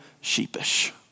sheepish